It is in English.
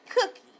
Cookie